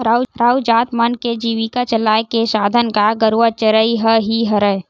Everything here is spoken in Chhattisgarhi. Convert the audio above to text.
राउत जात मन के जीविका चलाय के साधन गाय गरुवा चरई ह ही हरय